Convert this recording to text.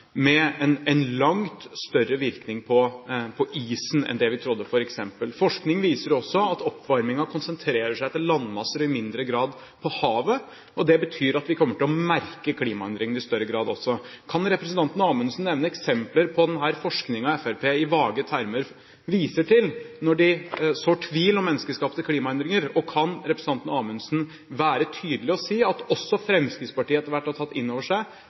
med en langt større virkning på isen enn det vi trodde, f.eks. Forskning viser også at oppvarmingen konsentrerer seg til landmasser og i mindre grad havet. Det betyr at vi kommer til å merke klimaendringene i større grad også. Kan representanten Amundsen nevne eksempler på den forskningen Fremskrittspartiet i vage termer viser til når de sår tvil om menneskeskapte klimaendringer? Og kan representanten Amundsen være tydelig og si at også Fremskrittspartiet etter hvert har tatt inn over seg